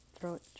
throat